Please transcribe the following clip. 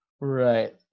Right